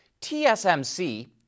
TSMC